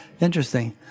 Interesting